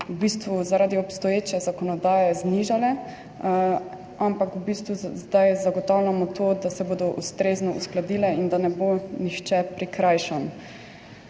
v bistvu zaradi obstoječe zakonodaje znižale, ampak v bistvu zdaj zagotavljamo to, da se bodo ustrezno uskladile in da ne bo nihče prikrajšan.